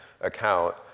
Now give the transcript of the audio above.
account